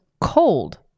cold